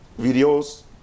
videos